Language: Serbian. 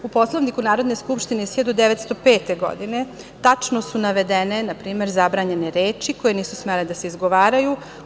U Poslovniku Narodne skupštine iz 1905. godine tačno su navedene, na primer, zabranjene reči koje nisu smele da se izgovaraju.